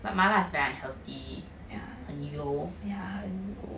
but 麻辣 is very unhealthy 很油